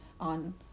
on